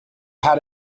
how